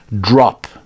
drop